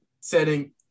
setting